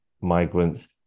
migrants